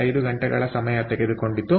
5 ಗಂಟೆಗಳ ಸಮಯ ತೆಗೆದು ಕೊಂಡಿತು